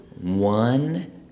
one